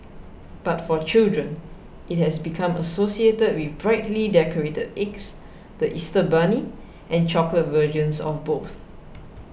but for children it has become associated with brightly decorated eggs the Easter bunny and chocolate versions of both